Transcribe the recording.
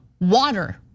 water